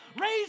Raise